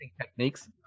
techniques